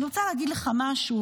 אני רוצה להגיד לך משהו,